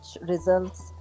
results